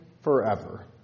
forever